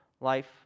life